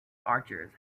archers